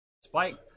Spike